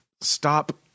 stop